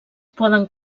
poden